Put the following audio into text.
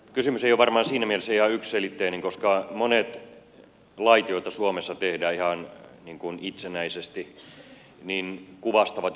kysymys ei ole varmaan siinä mielessä ihan yksiselitteinen että monet lait joita suomessa tehdään ihan itsenäisesti kuvastavat jotakin eun tahtotilaa